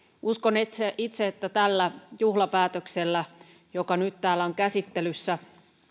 uskon itse että tällä juhlapäätöksellä joka nyt täällä on käsittelyssä